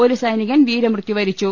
ഒരു സൈനികൻ വീരമൃത്യു വരിച്ചു